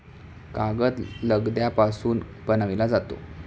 कागद लगद्यापासून बनविला जातो